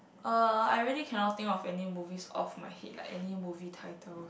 uh I really cannot think of any movies off my head like any movie title